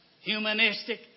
humanistic